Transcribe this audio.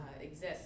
exist